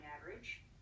average